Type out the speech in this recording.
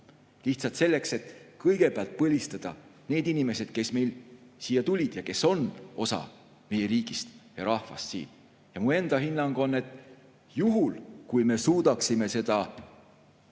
lihtsalt selleks, et kõigepealt põlistada need inimesed, kes meile siia on tulnud ja kes on osa meie riigist ja rahvast. Minu enda hinnang on, et juhul kui me suudaksime püsida selle